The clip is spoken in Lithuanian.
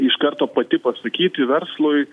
iš karto pati pasakyti verslui